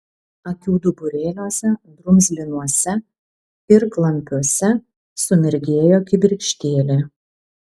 akių duburėliuose drumzlinuose ir klampiuose sumirgėjo kibirkštėlė